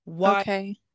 Okay